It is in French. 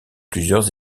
plusieurs